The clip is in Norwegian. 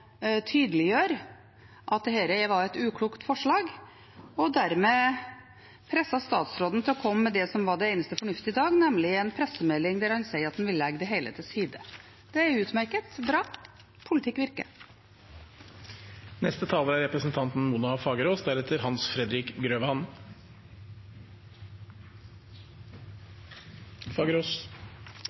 at dette var et uklokt forslag, og dermed presset statsråden til å komme med det som var det eneste fornuftige i dag, nemlig en pressemelding der han sier at han vil legge det hele til side. Det er utmerket og bra – politikk